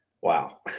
Wow